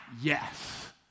yes